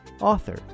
author